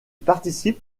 participe